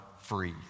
free